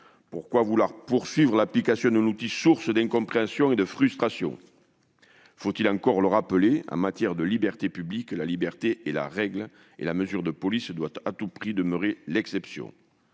Pourquoi vouloir pérenniser un outil source d'incompréhension et de frustration ? Faut-il encore le rappeler, en matière de libertés publiques, la liberté est la règle et la mesure de police doit à tout prix demeurer l'exception.